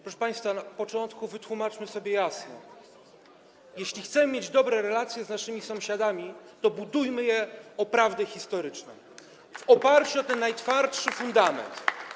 Proszę państwa, na początku wytłumaczmy sobie jasno: jeśli chcemy mieć dobre relacje z naszymi sąsiadami, to budujmy je w oparciu o prawdę historyczną, w oparciu o ten najtwardszy fundament.